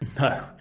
No